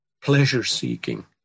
pleasure-seeking